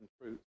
fruit